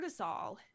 cortisol